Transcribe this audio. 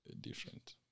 different